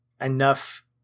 enough